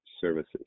services